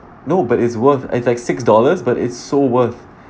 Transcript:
no but it's worth it's like six dollars but it's so worth